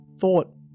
thought